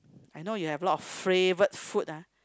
I know you have a lot of favourite food ah